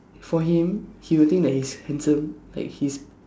for him he will think that he's handsome like he's